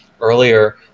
earlier